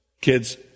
Kids